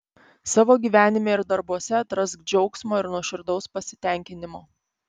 savo gyvenime ir darbuose atrask džiaugsmo ir nuoširdaus pasitenkinimo